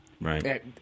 Right